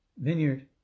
vineyard